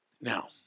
Now